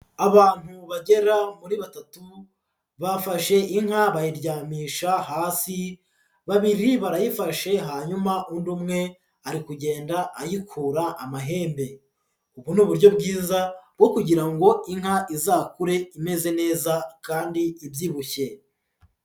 Abantu bagera muri batatu bafashe inka bayiryamisha hasi, babiri barayifashe hanyuma undi umwe ari kugenda ayikura amahembe, ubu ni uburyo bwiza bwo kugira ngo inka izakure imeze neza kandi ibyibushye.